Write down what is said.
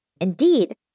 Indeed